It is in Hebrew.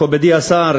מכובדי השר,